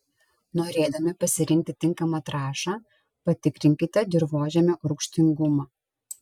norėdami pasirinkti tinkamą trąšą patikrinkite dirvožemio rūgštingumą